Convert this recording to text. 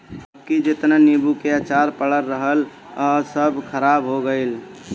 अबकी जेतना नीबू के अचार पड़ल रहल हअ सब खराब हो गइल